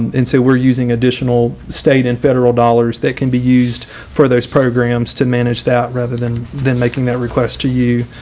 and so we're using additional state and federal dollars that can be used for those programs to manage that rather than than making that request to you.